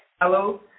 Hello